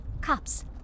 Cops